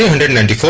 hundred and and